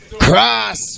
Cross